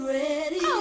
ready